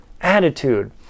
attitude